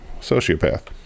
sociopath